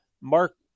Mark